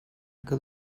que